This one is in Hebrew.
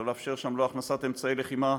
לא לאפשר שם הכנסת אמצעי לחימה,